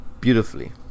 beautifully